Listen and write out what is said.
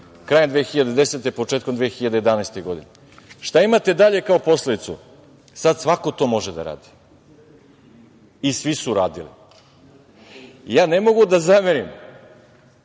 krajem 2010. godine, početkom 2011. godine. Šta imate dalje kao posledicu? Sad svako to može da radi i svi su radili. Ne mogu da zamerim